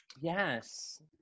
Yes